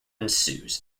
ensues